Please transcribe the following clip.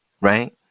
right